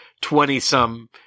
twenty-some